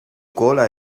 cola